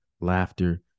laughter